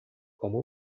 como